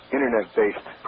Internet-based